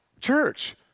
church